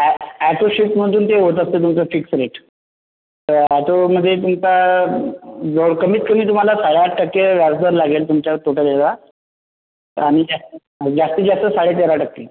अॅ अॅटोशिफ्टमधून ते होत असतं तुमचं फिक्स रेट अॅटोमध्ये तुमचा जवळ कमीत कमी तुम्हाला साडे आठ टक्के व्याज दर लागेल तुमच्या टोटल ह्याला आणि जा जास्तीत जास्त साडे तेरा टक्के